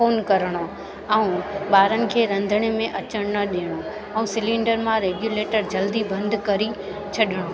phone करिणो ऐं ॿारनि खे रंधिणे में अचणु न ॾियणो ऐं सिलेंडर मां रेग्युलेटर जल्दी बंदि करी छॾिणो